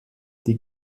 die